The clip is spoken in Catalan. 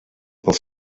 pel